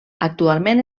actualment